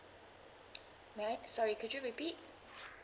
may I sorry could you repeat